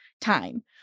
time